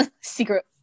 secret